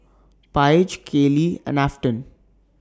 Paige Kayli and Afton